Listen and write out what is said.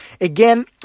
Again